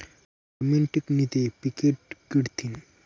जमीन टिकनी ते पिके टिकथीन